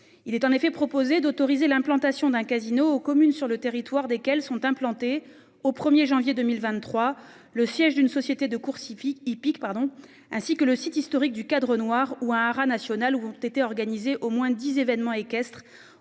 Il est en effet proposé d'autoriser l'implantation d'un casino communes sur le territoire desquelles sont implantés au 1er janvier 2023, le siège d'une société de courses hippiques hippique pardon ainsi que le site historique du Cadre Noir ou un haras national ou ont été organisées au moins 10 événements équestres